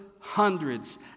hundreds